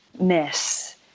miss